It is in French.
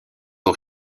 aux